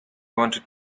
wanted